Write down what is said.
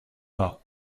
pas